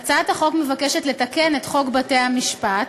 מבקשת לתקן את חוק בתי-המשפט,